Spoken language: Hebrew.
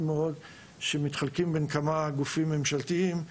מאוד שנחלקים בין כמה גופים ממשלתיים.